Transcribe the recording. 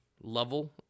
level